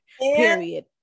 period